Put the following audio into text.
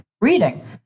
reading